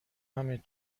همین